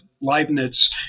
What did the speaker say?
Leibniz